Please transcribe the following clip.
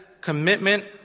commitment